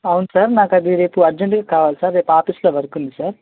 అవును సార్ నాకు అది రేపు అర్జెంటుగా కావాలి సార్ రేపు ఆఫీసులో వర్క్ ఉంది సార్